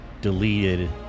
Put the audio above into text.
deleted